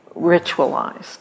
ritualized